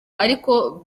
ariko